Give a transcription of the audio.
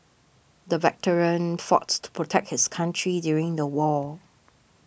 the veteran fought to protect his country during the war